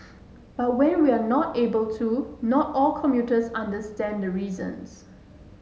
but when we are not able to not all commuters understand the reasons